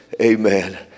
Amen